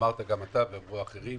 אמרת גם אתה ואמרו אחרים,